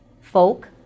folk